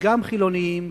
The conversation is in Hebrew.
וגם חילונים,